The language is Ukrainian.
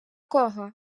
кого